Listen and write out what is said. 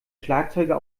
schlagzeuger